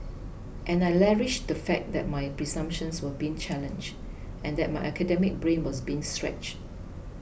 and I relished the fact that my presumptions were being challenged and that my academic brain was being stretched